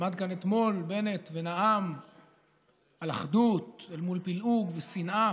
עמד כאן אתמול בנט ונאם על אחדות אל מול פילוג ושנאה,